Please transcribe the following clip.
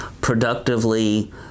productively